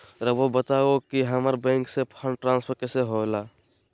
राउआ बताओ कि हामारा बैंक से फंड ट्रांसफर कैसे होला?